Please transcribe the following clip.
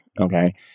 okay